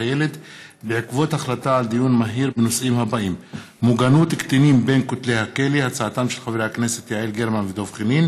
הילד בעקבות דיון מהיר בהצעתם של חברי הכנסת יעל גרמן ודב חנין